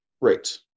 Right